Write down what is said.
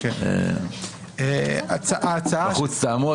"בחוץ תעמוד,